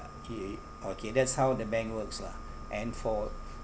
okay okay that's how the bank works lah and for